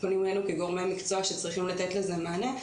פונים אלינו כגורמי מקצוע שצריכים לתת לזה מענה.